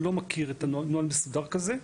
אני לא מכיר נוהל מסודר כזה,